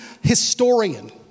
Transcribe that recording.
historian